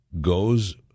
goes